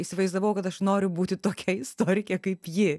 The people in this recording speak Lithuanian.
įsivaizdavau kad aš noriu būti tokia istorikė kaip ji